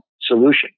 solution